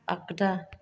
आगदा